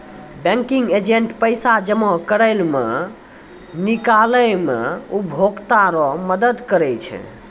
banking agent पैसा जमा करै मे, निकालै मे उपभोकता रो मदद करै छै